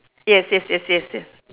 yes yes yes yes yes